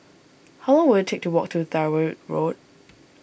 how long will it take to walk to Tyrwhitt Road